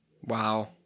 Wow